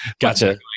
Gotcha